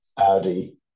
Audi